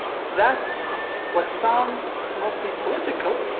that what sounds mostly political,